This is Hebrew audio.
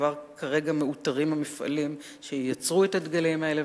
כבר כרגע מאותרים המפעלים שייצרו את הדגלים האלה,